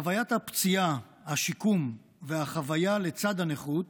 חוויית הפציעה והשיקום והחוויה לצד הנכות